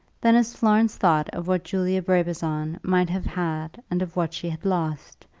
then as florence thought of what julia brabazon might have had and of what she had lost,